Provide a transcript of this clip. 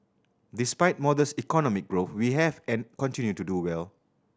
despite modest economic growth we have and continue to do well